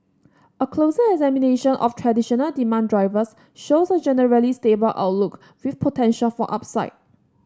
a closer examination of traditional demand drivers shows a generally stable outlook with potential for upside